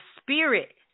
spirit